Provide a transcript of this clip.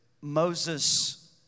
Moses